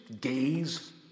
gaze